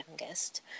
youngest